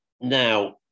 Now